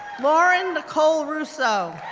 lauren nicole russo,